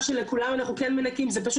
אנחנו בוחנים לכולם,